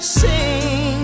sing